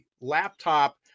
laptop